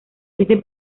este